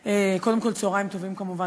קודם כול, צהריים טובים, כמובן.